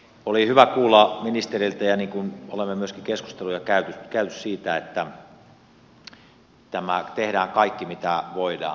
oli hyvä kuulla ministeriltä ja olemme myöskin keskusteluja käyneet siitä että tehdään kaikki mitä voidaan